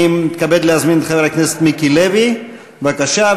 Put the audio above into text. אני מתכבד להזמין את חבר הכנסת מיקי לוי, בבקשה.